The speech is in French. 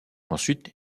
ensuite